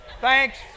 Thanks